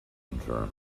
interim